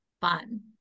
fun